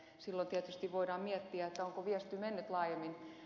silloin tietysti voidaan miettiä onko viesti levinnyt laajemmin